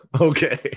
okay